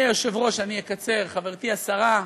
אדוני היושב-ראש, אני אקצר, חברתי השרה.